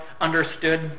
understood